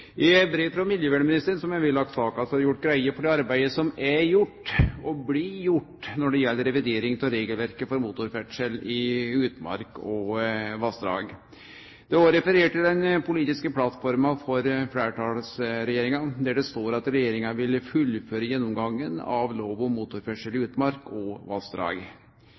I brev frå miljøvernministeren, som er lagt ved saka, er det gjort greie for det arbeidet som er gjort, og som blir gjort, når det gjeld revidering av regelverket for motorferdsel i utmark og vassdrag. Det er òg referert til den politiske plattforma for fleirtalsregjeringa, der det står at regjeringa vil fullføre gjennomgangen av lov om motorferdsel i utmark og vassdrag.